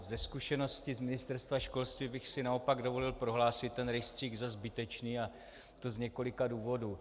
Ze zkušenosti z Ministerstva školství bych si naopak dovolil prohlásit ten rejstřík za zbytečný, a to z několika důvodů.